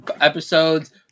episodes